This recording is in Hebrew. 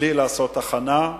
בלי לעשות הכנה,